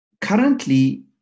currently